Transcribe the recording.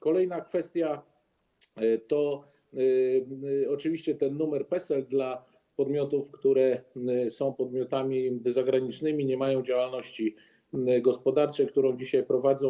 Kolejna kwestia to oczywiście ten numer PESEL dla podmiotów, które są podmiotami zagranicznymi, nie mają działalności gospodarczej, którą dzisiaj prowadzą.